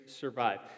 survive